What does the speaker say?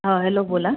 हा हॅलो बोला